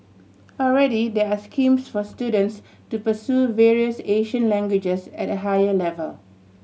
already there are schemes for students to pursue various Asian languages at a higher level